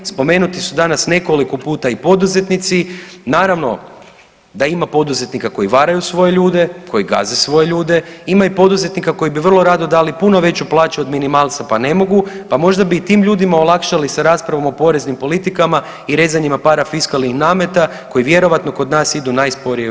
Spomenuti su danas nekoliko puta i poduzetnici, naravno da ima poduzetnika koji varaju svoje ljude, koji gaze svoje ljude, ima i poduzetnika koji bi vrlo rado dali puno veću plaću od minimalca pa ne mogu, pa možda bi i tim ljudima olakšali sa raspravom o poreznim politikama i rezanjima parafiskalnih nameta koji vjerojatno kod nas idu najsporije u EU.